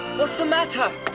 what's the matter?